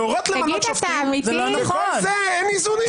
להורות למנות שופטים וכל זה אין איזונים.